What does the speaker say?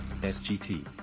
SGT